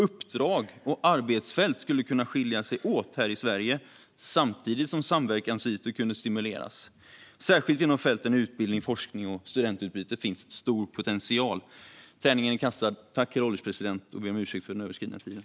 Uppdrag och arbetsfält skulle kunna skilja sig här i Sverige samtidigt som samverkansytor skulle kunna stimuleras. Särskilt inom fälten utbildning, forskning och studentutbyte finns stor potential. Tärningen är kastad! Jag ber om ursäkt för den överskridna talartiden, herr ålderspresident.